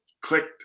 clicked